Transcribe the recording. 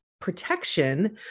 protection